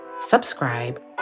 subscribe